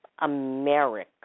America